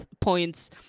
points